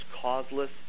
causeless